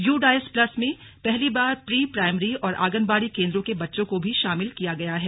you DISE plus में पहली बार प्री प्राइमरी और आंगनबाड़ी केंद्रों के बच्चों को भी शामिल किया गया है